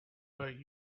but